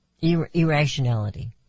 irrationality